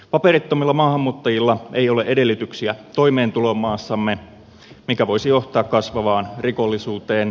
paperittomilla maahanmuuttajilla ei ole edellytyksiä toimeentuloon maassamme mikä voisi johtaa kasvavaan rikollisuuteen